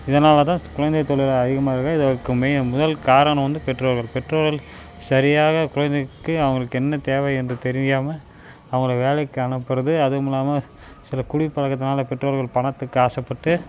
இதனால் தான் குழந்தை தொழில் அதிகமாக இதற்கு மே முதல் காரணம் வந்து பெற்றோர்கள் பெற்றோர்கள் சரியாக குழந்தைக்கு அவங்களுக்கு என்ன தேவை என்று தெரியாமல் அவங்களை வேலைக்கு அனுப்புவது அதுவுமில்லாமல் சில குடிப் பழக்கத்தினால் பெற்றோர்கள் பணத்துக்கு ஆசைப்பட்டு